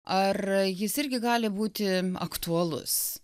ar jis irgi gali būti aktualus